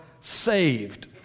saved